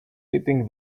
eating